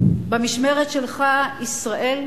במשמרת שלך ישראל,